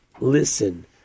listen